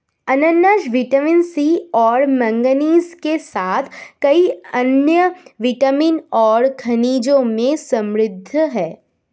अनन्नास vitamin C और manganese के साथ कई अन्य विटामिन और खनिजों में समृद्ध हैं